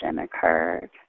occurred